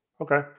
Okay